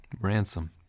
Ransom